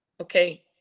okay